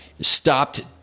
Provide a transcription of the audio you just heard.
stopped